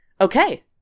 okay